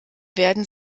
werden